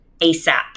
ASAP